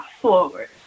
forward